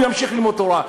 הוא ימשיך ללמוד תורה.